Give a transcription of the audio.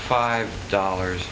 five dollars